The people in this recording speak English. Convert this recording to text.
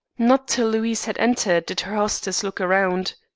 not till louise had entered did her hostess look round.